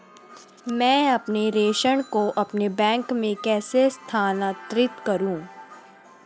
मैं अपने प्रेषण को अपने बैंक में कैसे स्थानांतरित करूँ?